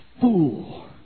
Fool